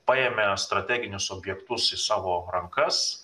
paėmė strateginius objektus į savo rankas